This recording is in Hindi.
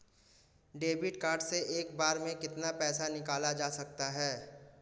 डेबिट कार्ड से एक बार में कितना पैसा निकाला जा सकता है?